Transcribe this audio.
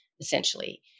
essentially